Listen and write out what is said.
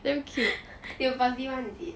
they purposely [one] is it